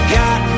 got